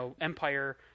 empire